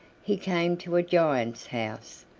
he came to a giant's house,